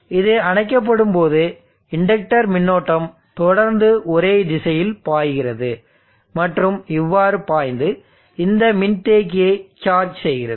இது அணைக்கப்படும்போது இண்டக்டர் மின்னோட்டம் தொடர்ந்து ஒரே திசையில் பாய்கிறது மற்றும் இவ்வாறு பாய்ந்து இந்த மின்தேக்கியை சார்ஜ் செய்கிறது